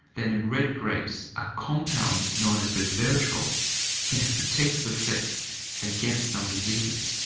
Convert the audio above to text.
that in red grapes a compound known as resveratrol can have protective effects against some diseases.